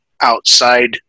outside